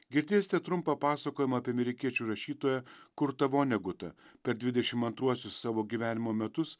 girdėsite trumpą pasakojimą apie amerikiečių rašytoją kurtą vonegutą per dvidešimt antruosius savo gyvenimo metus